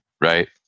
right